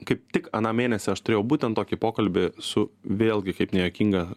kaip tik aną mėnesį aš turėjau būtent tokį pokalbį su vėlgi kaip nejuokinga